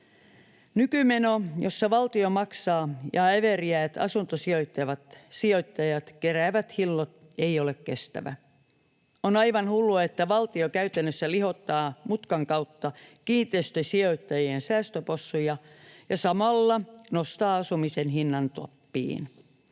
Nykymeno, jossa valtio maksaa ja äveriäät asuntosijoittajat keräävät hillot, ei ole kestävä. On aivan hullua, että valtio käytännössä lihottaa mutkan kautta kiinteistösijoittajien säästöpossuja ja samalla nostaa asumisen hinnan tappiin.